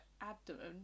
abdomen